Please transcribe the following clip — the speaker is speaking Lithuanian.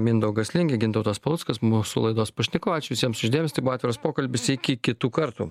mindaugas lingė gintautas paluckas mūsų laidos pašnekovą ačiū visiems už dėmesį tai buvo atviras pokalbis iki kitų kartų